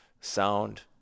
sound